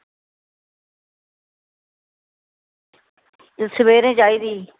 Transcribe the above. ते सवेरे चाहिदी